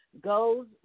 goes